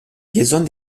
liaisons